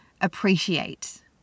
appreciate